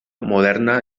moderna